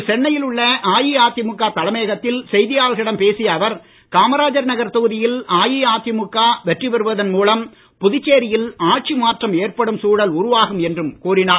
இன்று சென்னையில் உள்ள அஇஅதிமுக தலைமையகத்தில் செய்தியாளர்களிடம் பேசிய அவர் காமராஜர் நகர் தொகுதியில் அஇஅதிமுக வெற்றி பெறுவதன் மூலம் புதுச்சேரியில் ஆட்சி மாற்றம் ஏற்படும் சூழல் உருவாகும் என்றும் கூறினார்